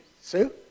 Sue